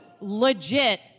Legit